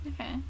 okay